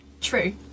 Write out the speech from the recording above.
True